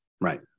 Right